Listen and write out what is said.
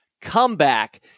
comeback